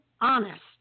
honest